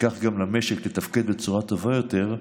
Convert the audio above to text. וכך גם למשק לתפקד בצורה טובה יותר,